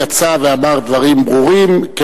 הוא יצא ואמר דברים ברורים בעניין הזה,